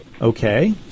okay